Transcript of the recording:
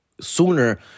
sooner